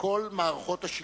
כל מערכות השיקולים,